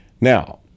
Now